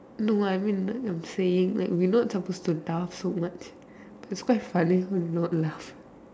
no I mean I'm saying like we not supposed to laugh so much it's quite funny to not laugh